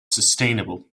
sustainable